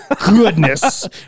goodness